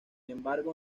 embargo